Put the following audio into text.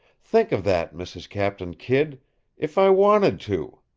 think of that, mrs. captain kidd if i wanted to.